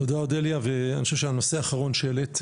תודה אודליה ואני חושב שהנושא האחרון שהעלית,